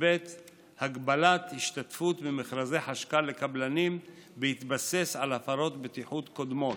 הגבלת השתתפות במכרזי חשכ"ל לקבלנים בהתבסס על הפרות בטיחות קודמות,